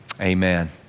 amen